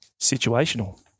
situational